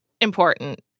important